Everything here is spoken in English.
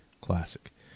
Classic